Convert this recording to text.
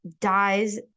dies